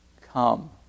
Come